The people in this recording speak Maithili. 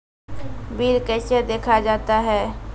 बिल कैसे देखा जाता हैं?